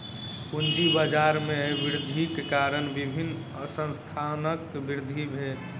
पूंजी बाजार में वृद्धिक कारण विभिन्न संस्थानक वृद्धि भेल